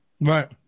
right